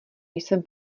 jsem